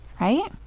right